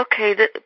okay